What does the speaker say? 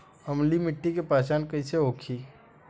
अम्लीय मिट्टी के पहचान कइसे होखे?